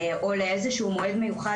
או לאיזשהו מועד מיוחד,